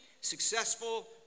successful